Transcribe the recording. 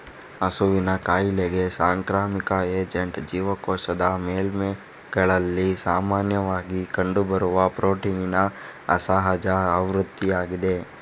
ಹಸುವಿನ ಕಾಯಿಲೆಗೆ ಸಾಂಕ್ರಾಮಿಕ ಏಜೆಂಟ್ ಜೀವಕೋಶದ ಮೇಲ್ಮೈಗಳಲ್ಲಿ ಸಾಮಾನ್ಯವಾಗಿ ಕಂಡುಬರುವ ಪ್ರೋಟೀನಿನ ಅಸಹಜ ಆವೃತ್ತಿಯಾಗಿದೆ